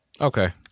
Okay